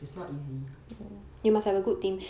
it's not easy